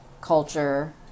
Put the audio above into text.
culture